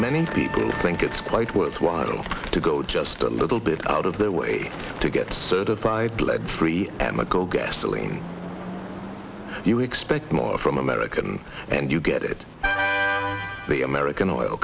many people think it's quite worth wattle to go just a little bit out of their way to get certified lead free amoco gasoline you expect more from american and you get it the